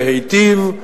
להיטיב,